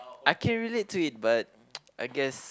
I can relate to it but I guess